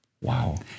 Wow